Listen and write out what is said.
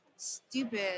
stupid